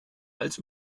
als